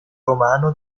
romano